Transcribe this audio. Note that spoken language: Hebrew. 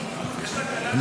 להעביר